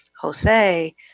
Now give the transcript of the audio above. Jose